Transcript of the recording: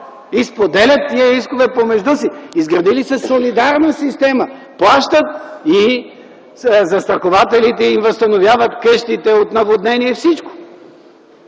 споделят тия искове помежду си. Изградили са солидарна система – плащат и застрахователите им възстановяват къщите от наводнение и всичко.